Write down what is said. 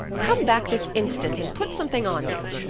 come back this instant and put something on you.